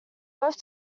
both